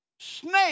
snake